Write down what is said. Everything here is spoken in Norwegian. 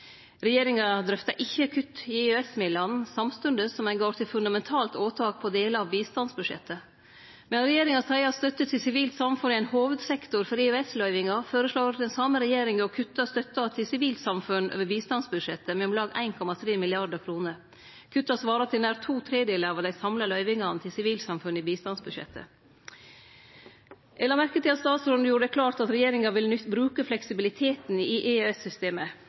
Regjeringa drøfta ikkje kutt i EØS-midlane, samstundes som ein går til fundamentalt åtak på delar av bistandsbudsjettet. Medan regjeringa seier at støtte til sivilt samfunn er ein «hovudsektor» for EØS-løyvingar, føreslår den same regjeringa å kutte støtta til sivilt samfunn over bistandsbudsjettet med om lag 1,3 mrd. kr. Kutta svarer til nær to tredelar av dei samla løyvingane til sivilt samfunn i bistandsbudsjettet. Eg la merke til at statsråden gjorde det klart at regjeringa vil bruke fleksibiliteten i